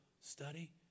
study